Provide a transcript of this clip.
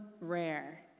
rare